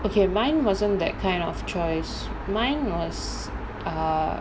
okay mine wasn't that kind of choice mine was err